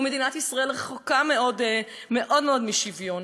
מדינת ישראל רחוקה מאוד מאוד משוויון.